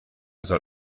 soll